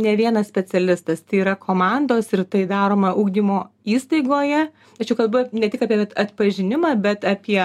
ne vienas specialistas tai yra komandos ir tai daroma ugdymo įstaigoje tačiau kalbu ne tik apie vat atpažinimą bet apie